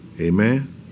Amen